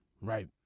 Right